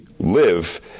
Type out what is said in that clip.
live